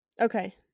Okay